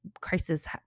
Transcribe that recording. crisis